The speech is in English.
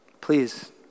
please